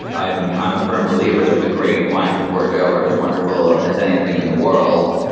i mean, i'm a firm believer that the great wines of bordeaux are as wonderful as anything in the world,